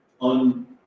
on